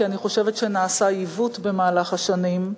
כי אני חושבת שנעשה עיוות במהלך השנים,